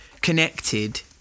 connected